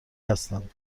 هستن